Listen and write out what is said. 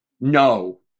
no